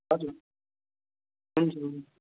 हजुर हुन्छ